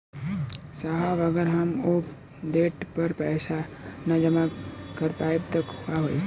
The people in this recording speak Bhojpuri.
साहब अगर हम ओ देट पर पैसाना जमा कर पाइब त का होइ?